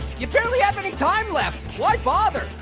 you barely have any time left, why bother?